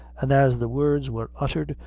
and, as the words were uttered,